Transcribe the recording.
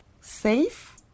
safe